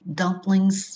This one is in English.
dumplings